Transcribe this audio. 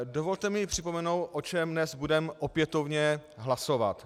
Dovolte mi připomenout, o čem dnes budeme opětovně hlasovat.